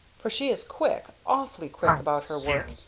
for she is quick, awfully quick about her work.